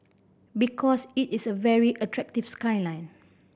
because it is a very attractive skyline